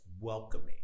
welcoming